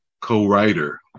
co-writer